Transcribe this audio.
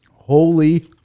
Holy